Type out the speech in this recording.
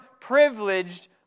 privileged